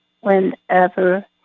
whenever